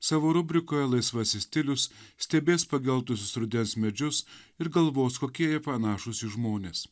savo rubrikoje laisvasis stilius stebės pageltusius rudens medžius ir galvos kokie jie panašūs į žmones